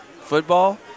Football